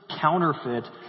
counterfeit